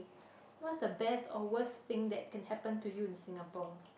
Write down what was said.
what's the best or worst thing that can happen to you in Singapore